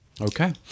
Okay